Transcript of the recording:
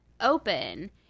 open